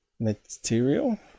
Material